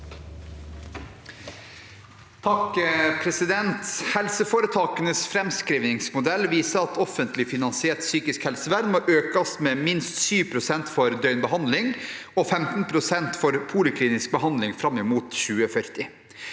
(H) «Helseforetak- enes fremskrivningsmodell viser at offentlig finansiert psykisk helsevern må økes med minst 7 pst. for døgnbehandling og 15 pst. for poliklinisk behandling frem mot 2040.